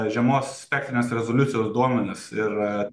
žemos spektrinės rezoliucijos duomenys ir